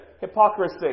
hypocrisy